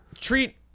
Treat